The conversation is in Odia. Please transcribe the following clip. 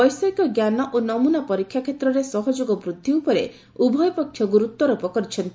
ବୈଷୟିକ ଜ୍ଞାନ ଓ ନମୁନା ପରୀକ୍ଷା କ୍ଷେତ୍ରରେ ସହଯୋଗ ବୃଦ୍ଧି ଉପରେ ଉଭୟ ପକ୍ଷ ଗୁରୁତ୍ୱାରୋପ କରିଛନ୍ତି